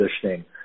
positioning